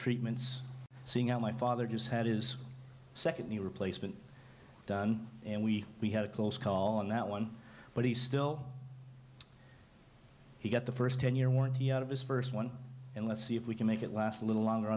treatments seeing how my father just had his second new replacement done and we we had a close call on that one but he still he got the first ten year warranty out of his first one and let's see if we can make it last a little longer